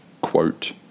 quote